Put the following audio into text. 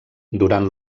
durant